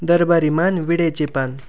दरबारी मान विड्याचे पान